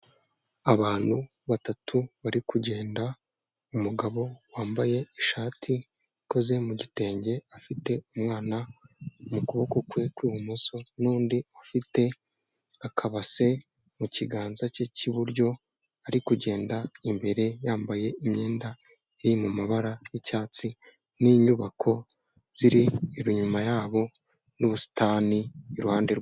Abantu batatu barimo kugenda, umugabo wambaye ishati ikoze mu gitenge afite umwana mu kuboko kwe kw'ibumoso n'undi ufite akabase mu kiganza cye cy'iburyo ari kugenda, imbere yambaye imyenda iri mu mabara y'icyatsi n'inyubako ziri inyuma yabo n'ubusitani iruhande rwabo.